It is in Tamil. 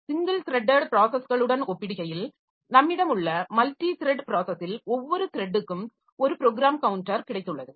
ஸிங்கிள் த்ரட்டட் ப்ராஸஸ்களுடன் ஒப்பிடுகையில் நம்மிடம் உள்ள மல்டித்ரெட் ப்ராஸஸில் ஒவ்வொரு த்ரெட்டுக்கும் ஒரு ப்ரோக்ராம் கவுன்டர் கிடைத்துள்ளது